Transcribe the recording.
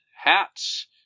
hats